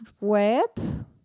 Web